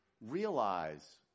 realize